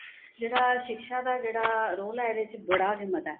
जेह्ड़ा शिक्षा दा जेह्ड़ा रोल ऐ एह्दे च बड़ा गै मता ऐ